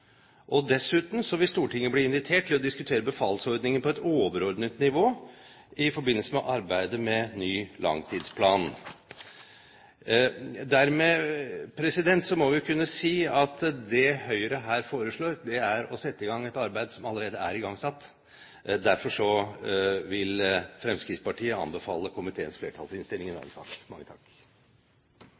Dessuten vil Stortinget bli invitert til å diskutere befalsordningen på et overordnet nivå i forbindelse med arbeidet med ny langtidsplan. Dermed må vi kunne si at det Høyre her foreslår, er å sette i gang et arbeid som allerede er igangsatt. Derfor vil Fremskrittspartiet anbefale komiteens flertallsinnstilling i